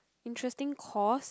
interesting course